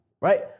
right